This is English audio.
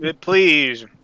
Please